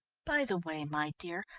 by the way, my dear,